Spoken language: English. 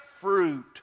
fruit